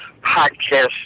podcast